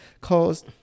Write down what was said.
cause